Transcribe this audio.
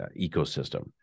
ecosystem